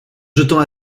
jetant